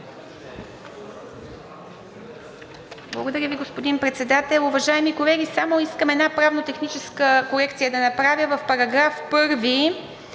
Благодаря Ви, господин Председател. Уважаеми колеги, само искам една правно-техническа корекция да направя –§ 1 да бъде: